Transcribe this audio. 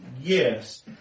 Yes